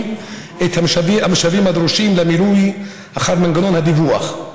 את המשאבים הדרושים למילוי אחר מנגנון הדיווח,